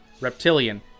Reptilian